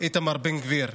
איתמר בן גביר,